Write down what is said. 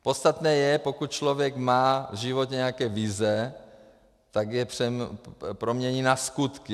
Podstatné je, pokud člověk má v životě nějaké vize, tak je promění na skutky.